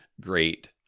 great